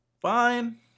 fine